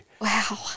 Wow